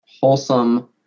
wholesome